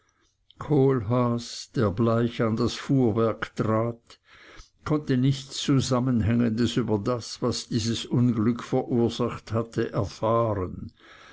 kohlhaas der bleich an das fuhrwerk trat konnte nichts zusammenhängendes über das was dieses unglück verursacht hatte erfahren